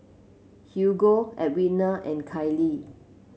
Hugo Edwina and Cali